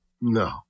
No